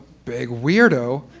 big weirdo,